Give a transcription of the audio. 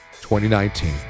2019